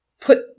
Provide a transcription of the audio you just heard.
put